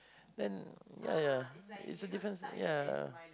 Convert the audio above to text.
then ya ya it's a different ya